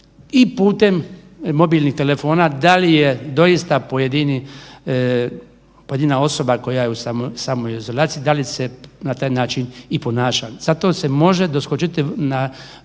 i putem mobilnih telefona da li je doista pojedini, pojedina osoba koja je u samoizolaciji da li se na taj način i ponaša. Zato se može doskočiti na